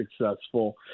successful